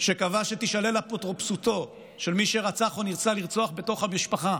שקבעה שתישלל אפוטרופסותו של מי שרצח או ניסה לרצוח בתוך המשפחה